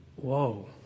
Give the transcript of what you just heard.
Whoa